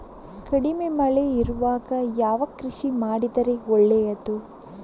ಕಡಿಮೆ ಮಳೆ ಇರುವಾಗ ಯಾವ ಕೃಷಿ ಮಾಡಿದರೆ ಒಳ್ಳೆಯದು?